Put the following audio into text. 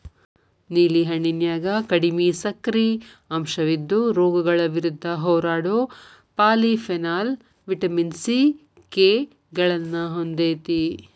ನೇಲಿ ಹಣ್ಣಿನ್ಯಾಗ ಕಡಿಮಿ ಸಕ್ಕರಿ ಅಂಶವಿದ್ದು, ರೋಗಗಳ ವಿರುದ್ಧ ಹೋರಾಡೋ ಪಾಲಿಫೆನಾಲ್, ವಿಟಮಿನ್ ಸಿ, ಕೆ ಗಳನ್ನ ಹೊಂದೇತಿ